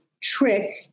trick